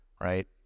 Right